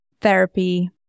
Therapy